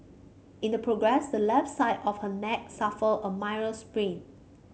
in the progress the left side of her neck suffered a minor sprain